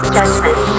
Judgment